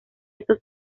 estos